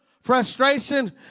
frustration